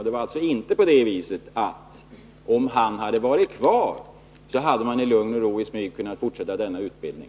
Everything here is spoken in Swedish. Det var alltså inte på det viset att man, om Telubchefen hade varit kvar, i lugn och ro och i smyg skulle ha kunnat fortsätta denna utbildning.